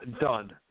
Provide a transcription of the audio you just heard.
done